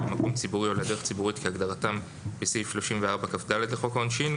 למקום ציבורי או לדרך ציבורית כהגדרתם בסעיף 34כד לחוק העונשין,